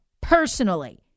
personally